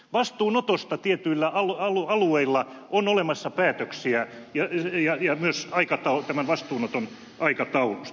vastuunotosta tietyillä alueilla on olemassa päätöksiä ja myös tämän vastuunoton aikataulusta